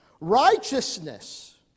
Righteousness